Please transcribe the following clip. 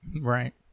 Right